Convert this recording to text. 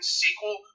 sequel